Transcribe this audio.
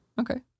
Okay